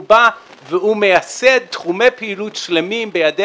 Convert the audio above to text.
הוא בא והוא מייסד תחומי פעילות שלמים בידי